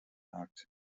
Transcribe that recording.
markt